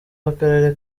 w’akarere